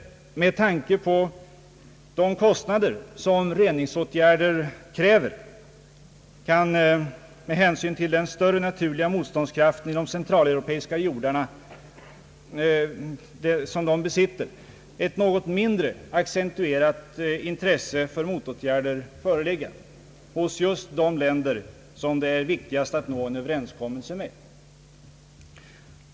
Med hänsyn till kostnaderna för reningsåtgärder och med hänsyn till den större naturliga motståndskraften i de centraleuropeiska jordarna är det begripligt att ett något mindre accentuerat intresse för motåtgärder föreligger just i de länder som det är viktigast att nå en överenskommelse med.